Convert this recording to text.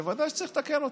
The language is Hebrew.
ודאי שצריך לתקן אותם.